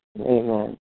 Amen